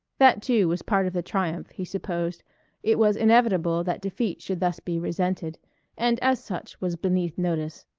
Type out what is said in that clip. that too was part of the triumph he supposed it was inevitable that defeat should thus be resented and as such was beneath notice.